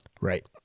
Right